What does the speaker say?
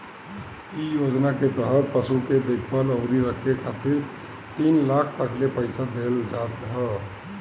इ योजना के तहत पशु के देखभाल अउरी रखे खातिर तीन लाख तकले पईसा देहल जात ह